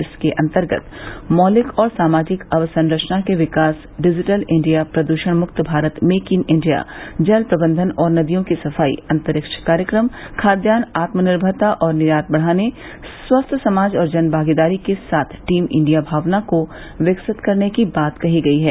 इसके अंतर्गत मौलिक और सामाजिक अवसंरचना के विकास डिजिटिल इंडिया प्रदूषण मुक्त भारत मेक इन इंडिया जल प्रबंधन और नदियों की सफाई अंतरिक्ष कार्यक्रम खाद्यान आत्मनिर्मरता और निर्यात बढ़ाने स्वस्थ समाज और जन भागीदारी के साथ टीम इंडिया भावना को विकसित करने की बात कही गई है